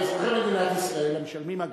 כאזרחי מדינת ישראל המשלמים אגרה,